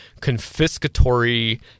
confiscatory